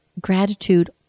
gratitude